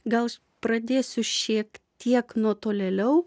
gal aš pradėsiu šiek tiek nuo tolėliau